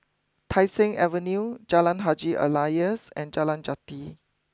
Tai Seng Avenue Jalan Haji Alias and Jalan Jati